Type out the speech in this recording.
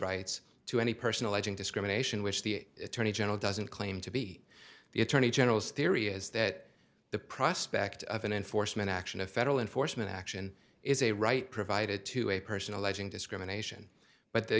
rights to any personal edge and discrimination which the attorney general doesn't claim to be the attorney general's theory is that the prospect of an enforcement action a federal enforcement action is a right provided to a person alleging discrimination but the